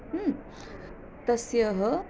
तस्य